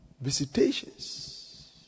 visitations